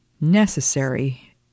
Necessary